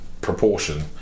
proportion